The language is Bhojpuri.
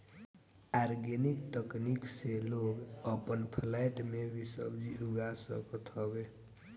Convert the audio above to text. आर्गेनिक तकनीक से लोग अपन फ्लैट में भी सब्जी उगा सकत हवे